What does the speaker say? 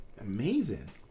Amazing